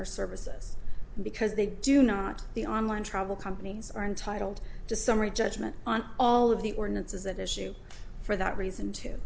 their services because they do not the online travel companies are entitled to summary judgment on all of the ordinances that issue for that reason to